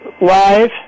Live